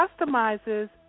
customizes